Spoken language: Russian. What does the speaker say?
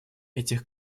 этих